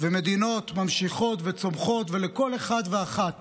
ומדינות ממשיכות וצומחות, ולכל אחד ואחת